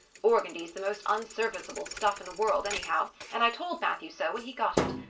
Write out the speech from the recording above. organdy's the most unserviceable stuff in the world anyhow, and i told matthew so when he got it.